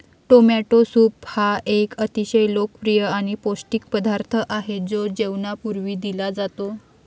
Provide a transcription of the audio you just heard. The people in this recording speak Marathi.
टोमॅटो सूप हा एक अतिशय लोकप्रिय आणि पौष्टिक पदार्थ आहे जो जेवणापूर्वी दिला जातो